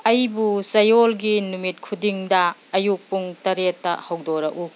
ꯑꯩꯕꯨ ꯆꯌꯣꯜꯒꯤ ꯅꯨꯃꯤꯠ ꯈꯨꯗꯤꯡꯗ ꯑꯌꯨꯛ ꯄꯨꯡ ꯇꯔꯦꯠꯇ ꯍꯧꯗꯣꯛꯂꯛꯎ